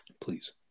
Please